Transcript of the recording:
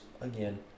again